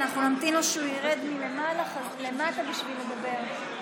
אנחנו נמתין לו שהוא ירד מלמעלה למטה בשביל לדבר.